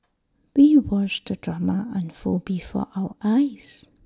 we watched the drama unfold before our eyes